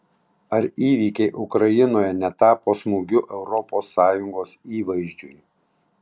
ar įvykiai ukrainoje netapo smūgiu europos sąjungos įvaizdžiui